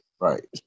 Right